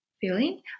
feeling